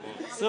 (25)